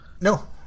No